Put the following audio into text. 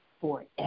forever